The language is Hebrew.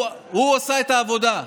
הוא עשה את העבודה.